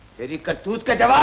you come to threaten